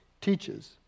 Teaches